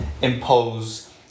impose